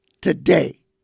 today